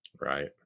Right